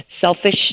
selfish